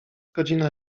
godzina